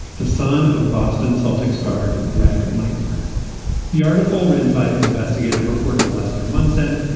the son of boston, celltex guard greg minor the article, ran by investigative reporter lester munson,